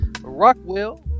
Rockwell